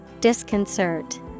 Disconcert